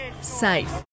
safe